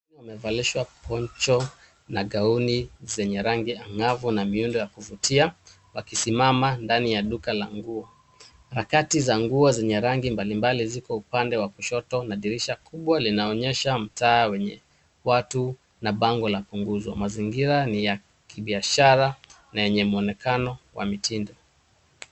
Watu wamevalishwa poncho na gauni yenye rangi angavu na miundo ya kuvutia wakisimama ndani ya duka la nguo. Rakati za nguo zenye rangi mbalimbali ziko upande wa kushoto na dirisha kubwa linaonyesha mtaa wenye watu na bango la punguzo. Mazingira ni ya kibiashara na yenye mwonekano wa mitindo.